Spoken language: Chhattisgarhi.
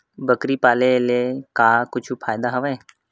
बकरी पाले ले का कुछु फ़ायदा हवय?